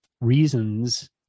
reasons